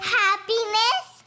happiness